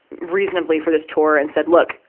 reasonably for this tour and said, look.